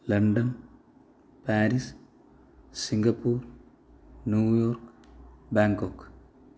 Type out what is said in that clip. London Paris Singapore New York Bangkok